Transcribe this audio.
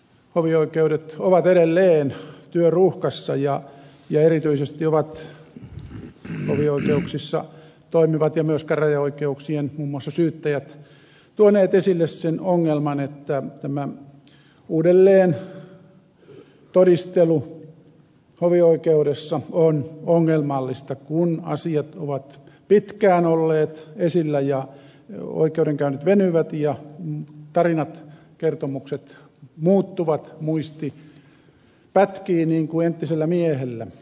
hovioikeudet ovat edelleen työruuhkassa ja erityisesti ovat hovioikeuksissa toimivat ja myös muun muassa käräjäoikeuksien syyttäjät tuoneet esille sen ongelman että tämä uudelleentodistelu hovioikeudessa on ongelmallista kun asiat ovat pitkään olleet esillä ja oikeudenkäynnit venyvät ja tarinat kertomukset muuttuvat muisti pätkii niin kuin entisellä miehellä